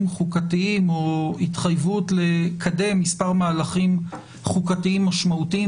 חוקתיים או התחייבות לקדם מספר מהלכים חוקתיים משמעותיים,